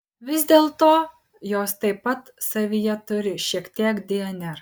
vis dėlto jos taip pat savyje turi šiek tiek dnr